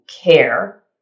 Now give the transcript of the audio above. care